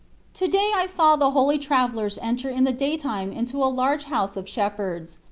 to day i saw the holy travellers enter in the daytime into a large house of shepherds.